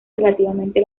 relativamente